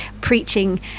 preaching